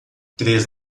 três